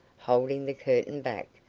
holding the curtain back,